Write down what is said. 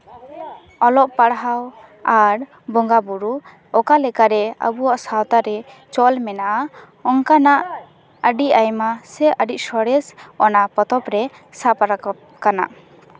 ᱚᱞᱚᱜ ᱯᱟᱲᱦᱟᱣ ᱟᱨ ᱵᱚᱸᱜᱟᱼᱵᱳᱨᱳ ᱚᱠᱟ ᱞᱮᱠᱟᱨᱮ ᱟᱵᱚᱣᱟᱜ ᱥᱟᱶᱛᱟ ᱨᱮ ᱪᱚᱞ ᱢᱮᱱᱟᱜᱼᱟ ᱚᱱᱠᱟᱱᱟᱜ ᱟᱹᱰᱤ ᱟᱭᱢᱟ ᱥᱮ ᱟᱹᱰᱤ ᱥᱚᱨᱮᱥ ᱚᱱᱟ ᱯᱚᱛᱚᱵ ᱨᱮ ᱥᱟᱵ ᱨᱟᱠᱟᱵ ᱠᱟᱱᱟ